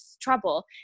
trouble